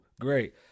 great